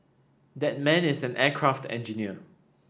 that man is an aircraft engineer